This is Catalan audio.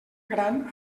gran